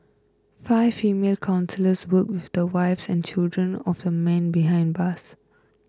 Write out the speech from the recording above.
five female counsellors worked with the wives and children of the men behind bars